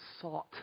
sought